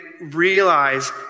realize